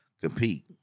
compete